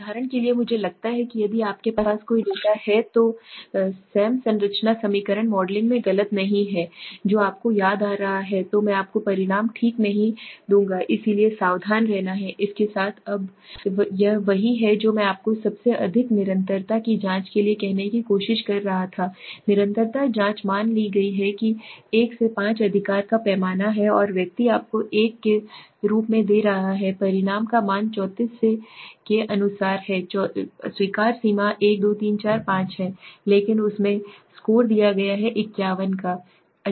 उदाहरण के लिए मुझे लगता है कि यदि आपके पास कोई डेटा है तो SEM संरचना समीकरण मॉडलिंग में गलत नहीं है जो आपको याद आ रहा है तो मैं आपको परिणाम ठीक नहीं दूंगा इसलिए सावधान रहना है इसके साथ अब यह वही है जो मैं आपको सबसे अधिक निरंतरता की जांच के लिए कहने की कोशिश कर रहा था निरंतरता जांच मान ली गई है कि 1 से 5 अधिकार का पैमाना है और व्यक्ति आपको एक के रूप में दे रहा है परिणाम का मान 34 के अनुसार वह 34 में डालता है स्वीकार्य सीमा 1 2 3 4 5 है लेकिन उसने स्कोर दिया है 51 का कहना है